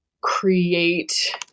create